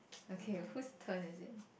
okay whose turn is it